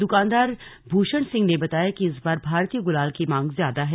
दुकानदार भूषण सिंह ने बताया कि इस बार भारतीय गुलाल की मांग ज्यादा है